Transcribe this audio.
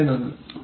വളരെ നന്ദി